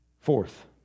Fourth